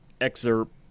excerpt